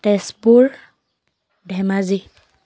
Tezpur Dhemaji